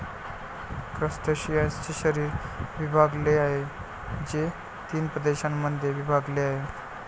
क्रस्टेशियन्सचे शरीर विभागलेले आहे, जे तीन प्रदेशांमध्ये विभागलेले आहे